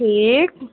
ٹھیٖک